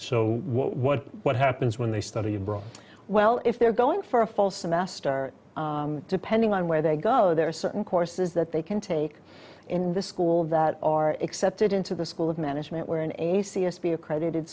so what what happens when they study abroad well if they're going for a fall semester depending on where they go there are certain courses that they can take in the school that are accepted into the school of management were in a c s p accredited